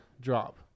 drop